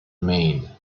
maine